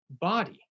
body